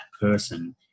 person